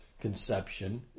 conception